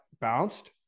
bounced